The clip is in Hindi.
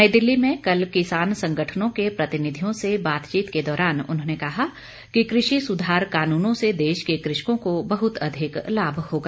नई दिल्ली में कल किसान संगठनों के प्रतिनिधियों से बातचीत के दौरान उन्होंने कहा कि कृषि सुधार कनूनों से देश के कृ षकों को बहुत अधिक लाभ होगा